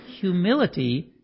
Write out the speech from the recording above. humility